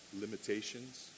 limitations